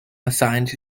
assigned